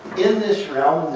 in this realm,